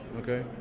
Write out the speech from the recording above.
Okay